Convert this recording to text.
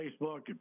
Facebook